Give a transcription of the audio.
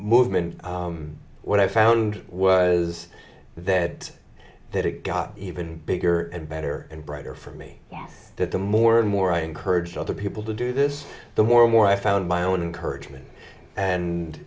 movement what i found was that that it got even bigger and better and brighter for me that the more and more i encourage other people to do this the more and more i found my own encouragement and